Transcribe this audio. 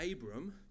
Abram